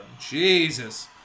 Jesus